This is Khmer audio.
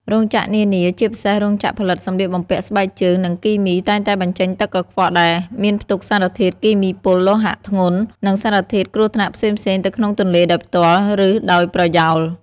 រោងចក្រនានា ជាពិសេសរោងចក្រផលិតសម្លៀកបំពាក់ ស្បែកជើង និងគីមី តែងតែបញ្ចេញទឹកកខ្វក់ដែលមានផ្ទុកសារធាតុគីមីពុល លោហៈធ្ងន់ និងសារធាតុគ្រោះថ្នាក់ផ្សេងៗទៅក្នុងទន្លេដោយផ្ទាល់ ឬដោយប្រយោល។